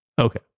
Okay